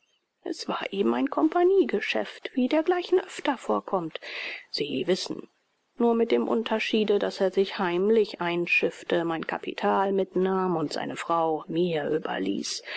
es war eben ein compagniegeschäft wie dergleichen öfter vorkommt sie wissen nur mit dem unterschiede daß er sich heimlich einschiffte mein capital mitnahm und seine frau mir überließ